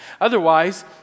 Otherwise